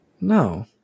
No